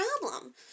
problem